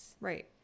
right